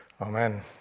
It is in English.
Amen